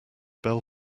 bell